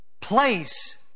place